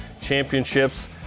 championships